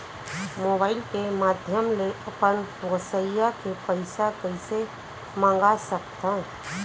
Mobile के माधयम ले अपन गोसैय्या ले पइसा कइसे मंगा सकथव?